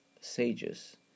sages